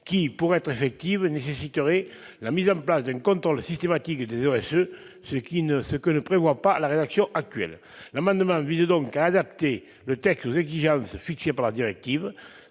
qui, pour être effective, nécessiterait la mise en place d'un contrôle systématique des OSE, ce que ne prévoit pas la rédaction actuelle. L'amendement vise donc à adapter le texte aux exigences fixées par la directive.